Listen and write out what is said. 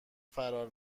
فرار